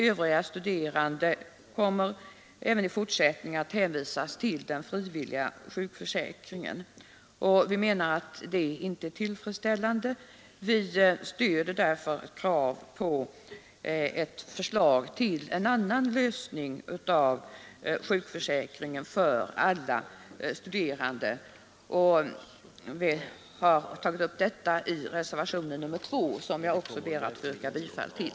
Övriga studerande kommer även i fortsättningen att hänvisas till den frivilliga sjukförsäkringen. Vi menar att detta inte är tillfredsställande. Vi stöder därför kravet på förslag till en annan lösning av frågan om sjukförsäkring för alla studerande. Vi har tagit upp detta i reservationen 2, som jag också ber att få yrka bifall till.